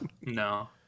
No